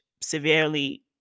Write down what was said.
severely